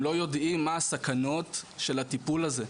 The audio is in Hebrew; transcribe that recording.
לא יודעים מה הסכנות של הטיפול הזה.